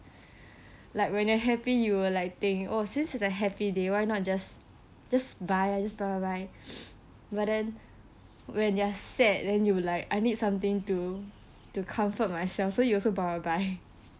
like when you're happy you will like think oh since it's a happy day why not just just buy just buy buy buy but then when you are sad then you like I need something to to comfort myself so you also buy buy buy